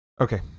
Okay